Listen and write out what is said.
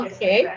Okay